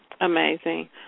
Amazing